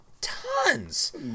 Tons